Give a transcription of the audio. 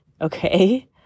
okay